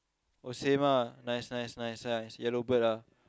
oh same ah nice nice nice nice yellow bird ah